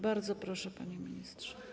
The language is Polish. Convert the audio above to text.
Bardzo proszę, panie ministrze.